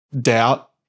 doubt